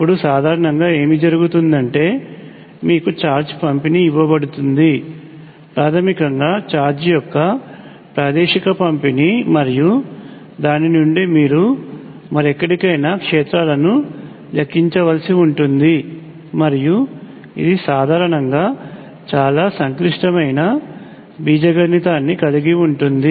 ఇప్పుడు సాధారణంగా ఏమి జరుగుతుందంటే మీకు ఛార్జ్ పంపిణీ ఇవ్వబడుతుంది ప్రాథమికంగా ఛార్జ్ యొక్క ప్రాదేశిక పంపిణీ మరియు దాని నుండి మీరు మరెక్కడైనా క్షేత్రాలను లెక్కించవలసి ఉంటుంది మరియు ఇది సాధారణంగా చాలా సంక్లిష్టమైన బీజగణితాన్ని కలిగి ఉంటుంది